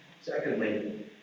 Secondly